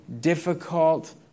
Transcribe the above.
difficult